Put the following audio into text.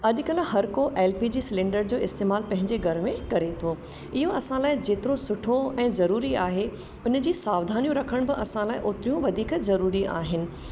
अॼल्ह हर को LPG cylinder जो इस्तेमालु पंहिंजे घर में करे तो इहो असां लाइ जेतिरो सुठो ऐं ज़रूरी आहे उन जी सावधानियूं रखण बि असां लाइ ओतिरियूं वधीक ज़रूरी आहिनि